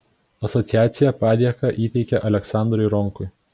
asociacija padėką įteikė aleksandrui ronkui